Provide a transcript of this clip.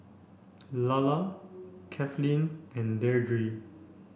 Lalla Kathlene and Deirdre